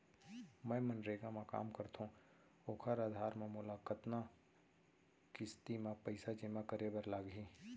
मैं मनरेगा म काम करथो, ओखर आधार म मोला कतना किस्ती म पइसा जेमा करे बर लागही?